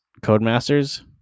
Codemasters